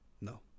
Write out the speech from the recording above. No